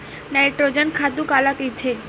Nitrogen खातु काला कहिथे?